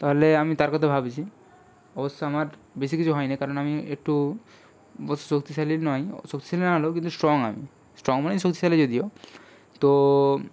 তাহলে আমি তার কথা ভাবছি অবশ্য আমার বেশি কিছু হয় নি কারণ আমি একটু বেশ শক্তিশালী নয় শক্তিশালী না হলেও কিন্তু স্ট্রং আমি স্ট্রং মানেই শক্তিশালী যদিও তো